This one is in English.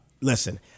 listen